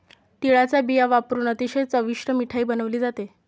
तिळाचा बिया वापरुन अतिशय चविष्ट मिठाई बनवली जाते